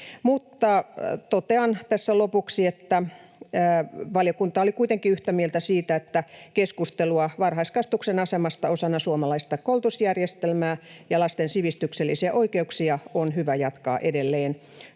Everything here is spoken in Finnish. Mutta totean tässä lopuksi, että valiokunta oli kuitenkin yhtä mieltä siitä, että keskustelua varhaiskasvatuksen asemasta osana suomalaista koulutusjärjestelmää ja lasten sivistyksellisiä oikeuksia on hyvä jatkaa edelleen.